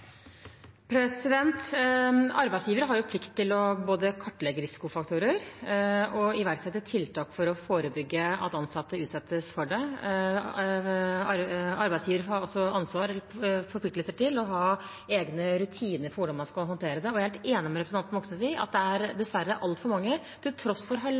har plikt til både å kartlegge risikofaktorer og å iverksette tiltak for å forebygge at ansatte utsettes for det. Arbeidsgivere plikter også å ha egne rutiner for hvordan man skal håndtere dette. Jeg er helt enig med representanten Moxnes i at det til tross for